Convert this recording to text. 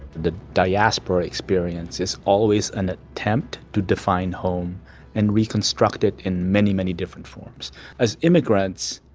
the diaspora experience is always an attempt to define home and reconstruct it in many many different forms as immigrants.